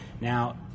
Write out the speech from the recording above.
Now